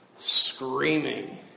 screaming